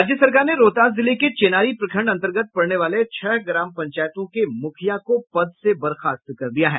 राज्य सरकार ने रोहतास जिले के चेनारी प्रखंड अंतर्गत पड़ने वाले छह ग्राम पंचायतों के मुखिया को पद से बर्खास्त कर दिया है